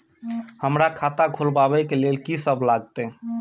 हमरा खाता खुलाबक लेल की सब लागतै?